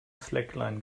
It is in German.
slackline